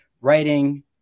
writing